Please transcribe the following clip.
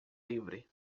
livre